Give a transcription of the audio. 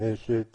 אני אישית